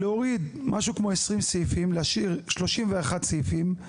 להוריד משהו כמו 20 סעיפים, להשאיר 31 סעיפים,